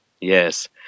Yes